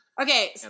Okay